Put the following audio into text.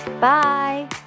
Bye